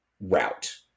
route